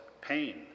pain